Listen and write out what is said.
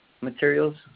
materials